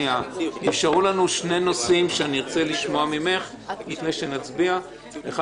נשארו לנו שני נושאים שאני רוצה לשמוע ממך לפני שנצביע: א',